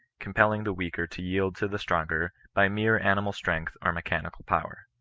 compelling the weaker to yield to the stronger by mere animal strength or mechanical power.